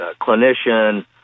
clinician